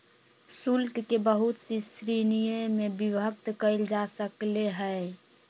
शुल्क के बहुत सी श्रीणिय में विभक्त कइल जा सकले है